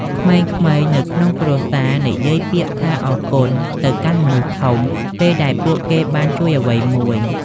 ក្មេងៗនៅក្នុងគ្រួសារនិយាយពាក្យថាអរគុណទៅកាន់មនុស្សធំ ពេលដែលគេបានជួយអ្វីមួយ។